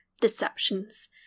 Deceptions